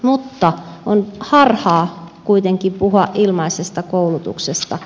mutta on harhaa kuitenkin puhua ilmaisesta koulutuksesta